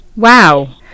Wow